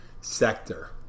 sector